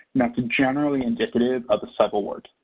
that's generally indicative of a subaward.